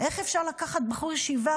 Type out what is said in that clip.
איך אפשר לקחת בחור ישיבה,